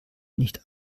nicht